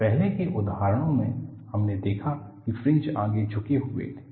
पहले के उदाहरणों में हमने देखा कि फ्रिंज आगे झुके हुए थे